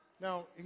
Now